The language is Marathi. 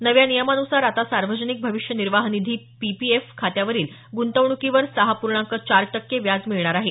नव्या नियमानुसार आता सार्वजनिक भविष्य निर्वाह निधी पीपीएफ खात्यावरील गुंतवणुकीवर सहा पूर्णांक चार टक्के व्याज मिळणार आहे